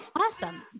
Awesome